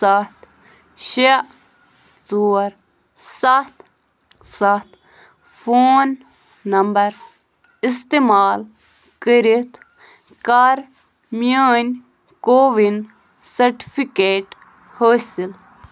سَتھ شےٚ ژور سَتھ سَتھ فون نمبر اِستعمال کٔرِتھ کَر میٛٲنۍ کووِن سرٹیفِکیٹ حٲصِل